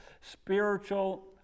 spiritual